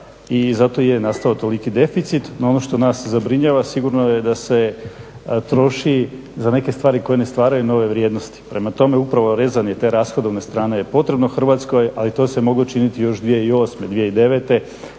i zato je nastao toliki deficit, no ono što nas zabrinjava sigurno je da se troši za neke stvari koje ne stvaraju nove vrijednosti. Prema tome, upravo je rezanje te rashodovne strane potrebno Hrvatskoj, a i to se moglo učiniti još 2008., 2009.,